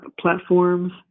platforms